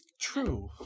true